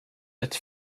ett